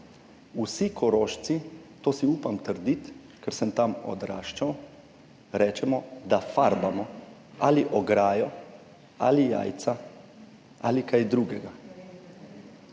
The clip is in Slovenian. Vsi Korošci, to si upam trditi, ker sem tam odraščal, rečemo, da farbamo ograjo ali jajca ali kaj drugega.